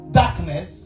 darkness